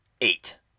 Eight